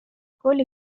کلی